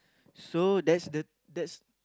so that's the that's